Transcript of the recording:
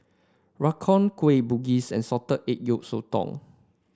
rawon Kueh Bugis and Salted Egg Yolk Sotong